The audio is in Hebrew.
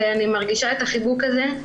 אני מרגישה את החיבוק הזה.